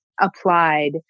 applied